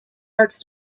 arts